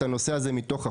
את הנושא הזה מתוך החוק,